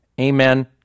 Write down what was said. amen